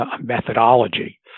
methodology